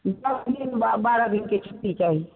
दश दिन बा बारह दिनके छुट्टी चाही